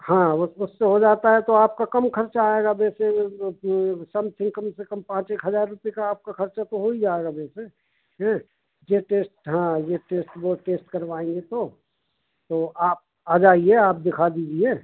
हाँ बस उससे हो जाता है तो आपका कम खर्चा आएगा वैसे समथिंग कम से कम पाँच एक हजार रुपए का आपका खर्चा तो हो ही जाएगा वेसे हें जे टेस्ट हाँ ये टेस्ट वो टेस्ट करवाएँगे तो तो आप आ जाइए आप दिखा दीजिए